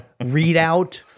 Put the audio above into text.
readout